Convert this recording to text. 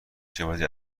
کشاوزی